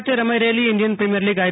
ખાતે રમાઈ રહેલી ઈજિયન પ્રીમિયર લીગ આઇ